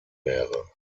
wäre